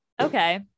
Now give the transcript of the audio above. Okay